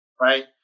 right